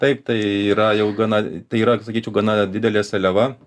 taip tai yra jau gana tai yra sakyčiau gana didelė seliava